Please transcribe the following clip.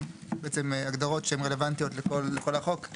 הגדרות שהן רלוונטיות לכל החוק.